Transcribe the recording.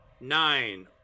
nine